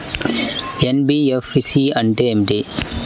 NBFC అంటే ఏమిటి?